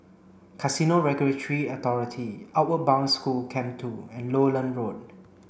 Casino Regulatory Authority Outward Bound School Camp two and Lowland Road